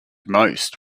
most